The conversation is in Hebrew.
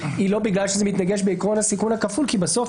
היא לא בגלל שזה מתנגש בעיקרון הסיכון הכפול כי בסוף